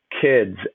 kids